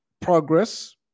progress